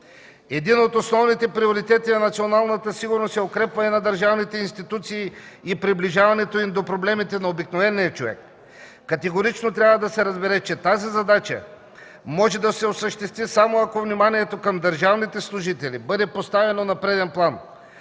Един от основните приоритети на националната сигурност е укрепване на държавните институции и приближаването им до проблемите на обикновения човек. Категорично трябва да се разбере, че тази задача може да се осъществи само ако вниманието към държавните служители бъде поставено на преден план.